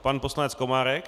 Pan poslanec Komárek.